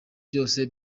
byose